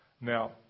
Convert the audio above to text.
Now